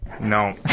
No